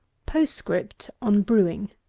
postscript on brewing